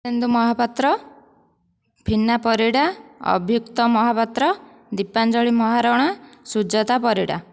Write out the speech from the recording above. Indu Mohapatra Phina Parida Abhyukta Mohapatra Dipanjali Maharana Sujata Parida